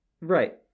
Right